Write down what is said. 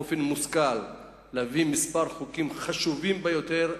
באופן מושכל להביא כמה חוקים חשובים ביותר,